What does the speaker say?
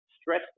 stress